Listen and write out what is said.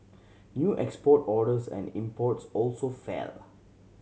new export orders and imports also fell